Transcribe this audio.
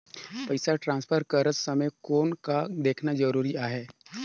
पइसा ट्रांसफर करत समय कौन का देखना ज़रूरी आहे?